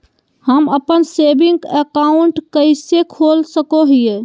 हम अप्पन saving account कइसे खोल सको हियै?